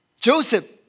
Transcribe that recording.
Joseph